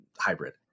hybrid